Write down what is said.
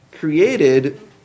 created